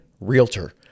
realtor